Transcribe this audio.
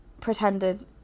pretended